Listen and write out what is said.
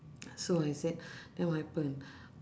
so I said then what happen